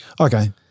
okay